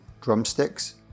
drumsticks